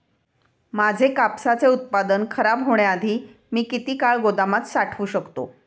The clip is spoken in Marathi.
माझे कापसाचे उत्पादन खराब होण्याआधी मी किती काळ गोदामात साठवू शकतो?